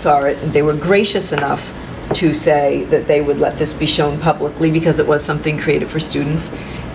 saw it they were gracious enough to say that they would let this be shown publicly because it was something created for students